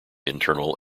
internal